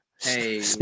Hey